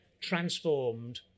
transformed